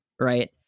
Right